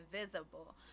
invisible